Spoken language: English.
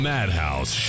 Madhouse